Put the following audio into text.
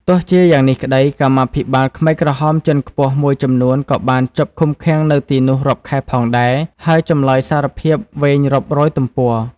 ទោះជាយ៉ាងនេះក្តី កម្មាភិបាលខ្មែរក្រហមជាន់ខ្ពស់មួយចំនួនក៏បានជាប់ឃុំឃាំងនៅទីនោះរាប់ខែផងដែរ ហើយចម្លើយសារភាពវែងរាប់រយទំព័រ ។